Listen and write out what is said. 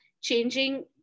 changing